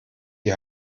die